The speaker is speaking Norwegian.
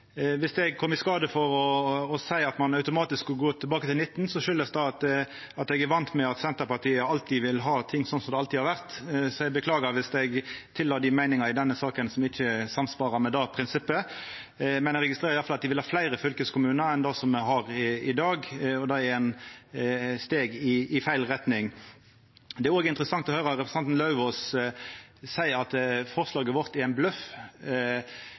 Viss eg kom i skade for å seia at ein automatisk skulle gå tilbake til 19 fylkeskommunar, kjem det av at eg er van med at Senterpartiet alltid vil ha ting slik som dei alltid har vore. Eg beklagar viss eg tilla dei meiningar i denne saka som ikkje samsvarer med det prinsippet. Men eg registrerer i alle fall at dei vil ha fleire fylkeskommunar enn me har i dag, og det er eit steg i feil retning. Det er òg interessant å høyra representanten Lauvås seia at forslaget vårt er ein